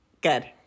Good